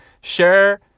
Share